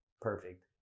Perfect